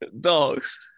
dogs